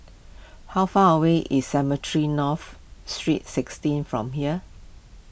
how far away is Cemetry North Street sixteen from here